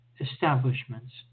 establishments